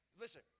Listen